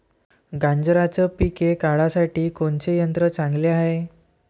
गांजराचं पिके काढासाठी कोनचे यंत्र चांगले हाय?